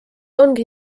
ongi